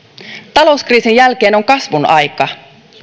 talouskriisin jälkeen on kasvun aika